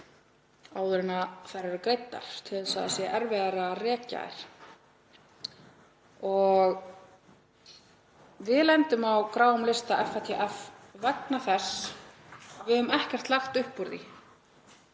áður en þær eru greiddar til þess að það sé erfiðara að rekja þær. Við lendum á gráum lista FATF vegna þess að við höfum ekkert lagt upp úr því